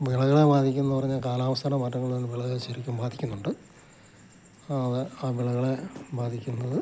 വിളകളെ ബാധിക്കുന്നു പറഞ്ഞാൽ കാലാവസ്ഥയുടെ മാറ്റങ്ങൾ വിളകളെ ശരിക്കും ബാധിക്കുന്നുണ്ട് അത് ആ വിളകളെ ബാധിക്കുന്നത്